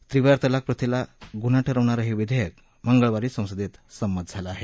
त्रिवार तलाक प्रथेला गुन्हा ठरवणारं हे विधेयक मंगळवारी संसदेत संमंत झालं आहे